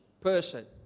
person